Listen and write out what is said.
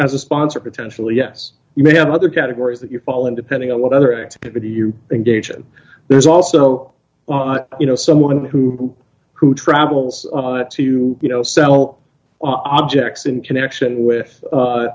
as a sponsor potentially yes you may have other categories that you fall in depending on what other activity you're engaged there's also you know someone who who travels to you know sell objects in connection with